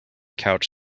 couch